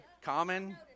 common